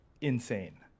insane